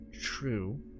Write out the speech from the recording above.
true